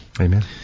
Amen